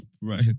right